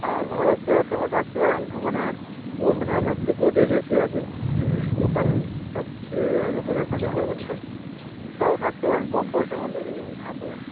আর ভারত সেবাশ্রমেও থাকতে পারেন ওখানে মানে আপনার সিকিউরিটি বেশি আছে লোকাল সব ছেলেরা লোকেরা থাকে তো ওখানকার ওটাও থাকতে পারেন কম পয়সার মধ্যে হয়ে যাবে হ্যাঁ বলুন